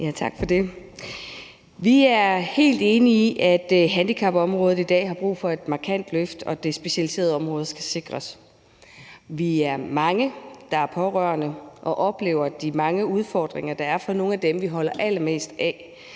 Vi er helt enige i, at handicapområdet i dag har brug for et markant løft, og at det specialiserede område skal sikres. Vi er mange, der er pårørende og oplever de mange udfordringer, der er for nogle af dem, vi holder allermest af.